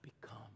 become